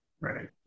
right